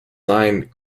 signed